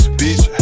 bitch